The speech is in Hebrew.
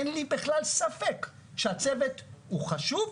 אין לי בכלל ספק שהצוות הוא חשוב,